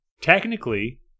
technically